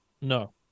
No